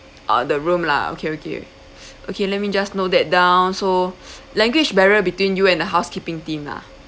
uh the room lah okay okay okay let me just note that down so language barrier between you and the housekeeping team ah